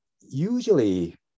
usually